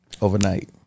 Overnight